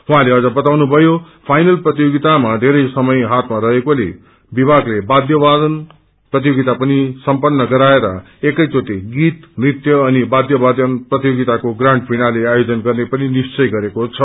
उहाँले अझ बताउनुभ्नयो फाइनल प्रतियोगितामा धेरै समय हातमा रहेकोले विभागले वाध्य वादन प्रतियोगिता पनि सम्पन्न गराएर एकै चोटि गीत नृत्य अनि वाध्य वादन प्रतियशेगिताको ग्राण्ड फिनाले आयोजन गर्ने पनि निश्चय गरिएको छ